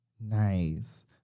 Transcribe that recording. Nice